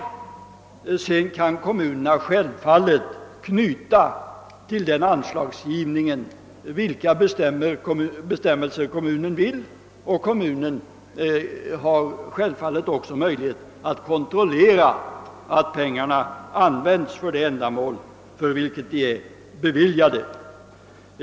Sedan kan en kommun självfallet till denna anslagsgivning knyta vilka bestämmelser den vill, och den har givetvis också möjlighet att kontrollera att pengarna används till det ändamål, för vilket de är beviljade.